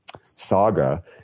saga